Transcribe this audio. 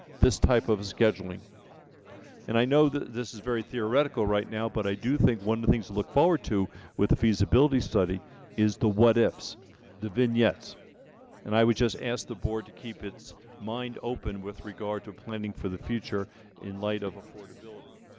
this type of scheduling and i know that this is very theoretical right now but i do think one of the things to look forward to with the feasibility study is the what-ifs the vignettes and i would just ask the board to keep its mind open with regard to planning for the future in light of affordability